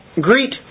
Greet